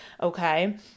Okay